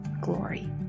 glory